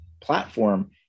platform